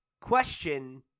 question